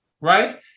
right